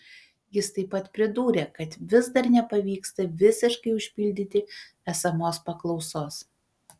jis taip pat pridūrė kad vis dar nepavyksta visiškai užpildyti esamos paklausos